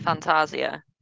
Fantasia